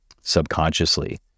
subconsciously